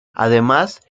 además